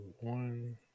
One